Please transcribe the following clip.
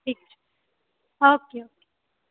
ठीक छौ आओरो केओ